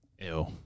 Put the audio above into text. Ew